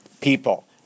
people